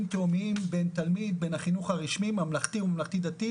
תהומיים בין תלמיד בין החינוך הרשמי הממלכתי וממלכתי דתי,